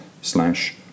slash